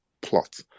plot